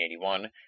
1981